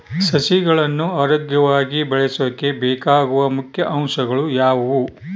ಸಸಿಗಳನ್ನು ಆರೋಗ್ಯವಾಗಿ ಬೆಳಸೊಕೆ ಬೇಕಾಗುವ ಮುಖ್ಯ ಅಂಶಗಳು ಯಾವವು?